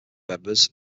members